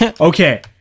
okay